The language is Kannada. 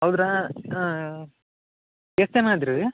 ಹೌದ್ರಾ ಎಷ್ಟು ಜನ ಇದ್ರಿ ರೀ